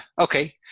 Okay